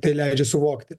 tai leidžia suvokti